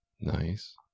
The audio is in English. Nice